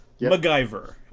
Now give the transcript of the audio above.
MacGyver